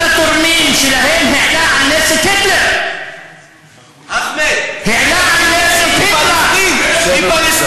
שר החוץ של פלסטין.